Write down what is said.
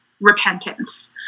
repentance